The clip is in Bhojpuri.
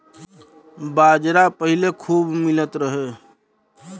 बाजरा पहिले खूबे मिलत रहे